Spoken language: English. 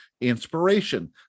inspiration